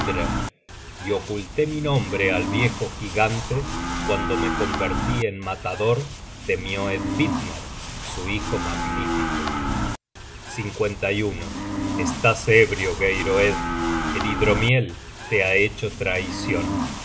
y oculté mi nombre al viejo gigante cuando me convertí en matador de mioedvitner su hijo magnífico estás ebrio geiroed el hidromiel te ha hecho traicion